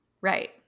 Right